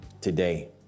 today